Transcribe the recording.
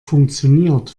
funktioniert